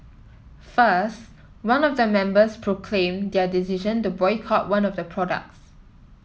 first one of the members proclaimed their decision to boycott one of the products